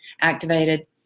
activated